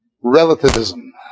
Relativism